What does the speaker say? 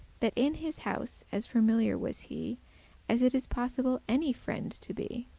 that in his house as familiar was he as it is possible any friend to be.